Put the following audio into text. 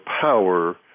power